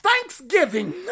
Thanksgiving